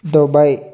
Dubai